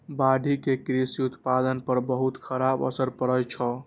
बाढ़ि के कृषि उत्पादन पर बहुत खराब असर पड़ै छै